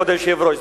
כבוד היושב-ראש,